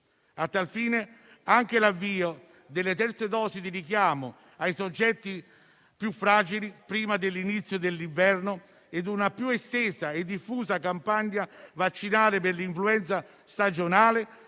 A tal fine, anche l'avvio delle terze dosi di richiamo ai soggetti più fragili prima dell'inizio dell'inverno e una più estesa e diffusa campagna vaccinale per l'influenza stagionale